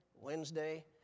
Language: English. Wednesday